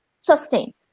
sustain